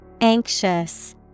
Anxious